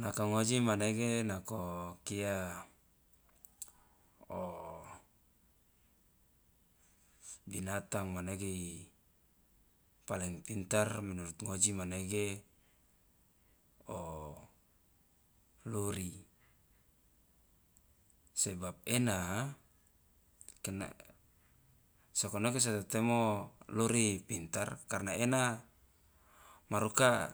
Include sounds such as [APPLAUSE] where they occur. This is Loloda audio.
Nako ngoji manege nako kia o [HESITATION] binatang manege i paling pintar menurut ngoji manege o luri sebab ena sokonoke so tetemo luri ipintar karna ena maruka